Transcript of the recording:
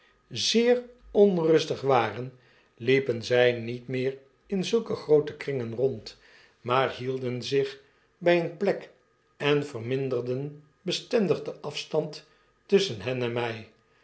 zeer onrustig waren liepen zij niet meer in zulke grootetkringen rond maar hielden zich bij eene plek en verminderden bestendig den afstand tusschen hen en